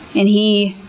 and he,